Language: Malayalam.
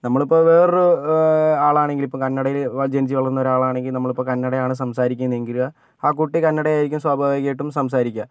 നമ്മളിപ്പോൾ വേറൊരു ആളാണെങ്കിലിപ്പം കന്നടയിൽ ജനിച്ച് വളർന്ന ആളാണെങ്കിൽ നമ്മളിപ്പം കന്നടയാണ് സംസാരിക്കുന്നത് എങ്കിൽ ആ കുട്ടി കന്നടയായിരിക്കും സ്വാഭാവികമായിട്ടും സംസാരിക്കുക